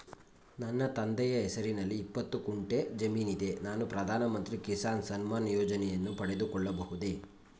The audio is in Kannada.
ನನ್ನ ತಂದೆಯ ಹೆಸರಿನಲ್ಲಿ ಇಪ್ಪತ್ತು ಗುಂಟೆ ಜಮೀನಿದೆ ನಾನು ಪ್ರಧಾನ ಮಂತ್ರಿ ಕಿಸಾನ್ ಸಮ್ಮಾನ್ ಯೋಜನೆಯನ್ನು ಪಡೆದುಕೊಳ್ಳಬಹುದೇ?